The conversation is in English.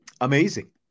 Amazing